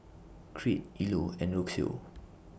Crete Ilo and Rocio